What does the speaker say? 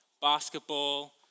basketball